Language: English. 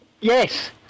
Yes